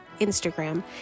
Instagram